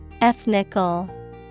Ethnical